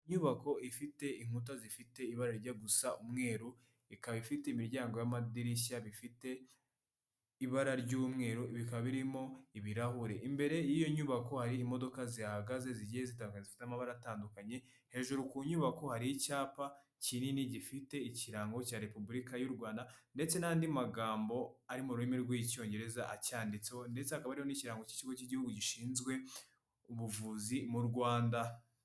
Inyubako ifite inkuta zifite ibara rijya gusa umweru ikaba ifite imiryango y'amadirishya bifite ibara ry'umweru bikaba birimo ibirahure , imbere y'iyo nyubako hari imodoka zihagaze zigiye zitanga zifite amabara atandukanye hejuru ku nyubako hari icyapa kinini gifite ikirango cya repubulika y'urwanda ndetse n'andi magambo ari mu rurimi rw'icyongereza acyanditseho ndetse akaba hariho n’ikirango cy’ikigo cy'igihugu gishinzwe ubuvuzi mu rwanda.